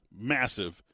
massive